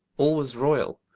all was royall,